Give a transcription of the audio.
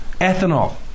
Ethanol